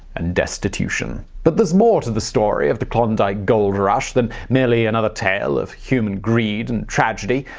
and destitution. but there's more to the story of the klondike gold rush than merely another tale of human greed and tragedy.